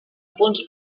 punts